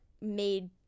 made